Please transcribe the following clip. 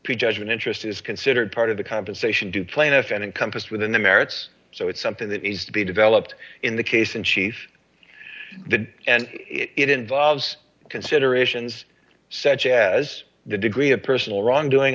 pre judgment interest is considered part of the compensation to plaintiff and encompassed within the merits so it's something that needs to be developed in the case in chief and it involves considerations such as the degree of personal wrongdoing